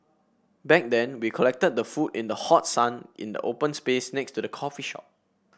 back then we collected the food in the hot sun in the open space next to the coffee shop